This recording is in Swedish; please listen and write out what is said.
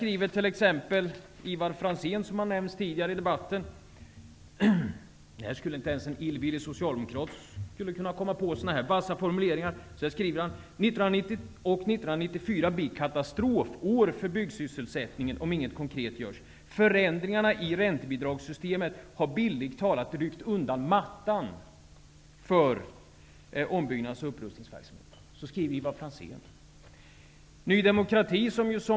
Ivar Franzén, som har nämnts tidigare i debat ten, skriver att 1994 kommer att bli ett katastrofår för byggsysselsättningen om inte något konkret görs. Förändringarna i räntebidragssystemet har bildligt talat ryckt undan mattan för ombyggnadsoch upprustningsverksamheten. Inte ens en illvillig socialdemokrat skulle komma på sådana vassa formuleringar.